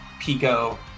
Pico